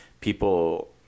people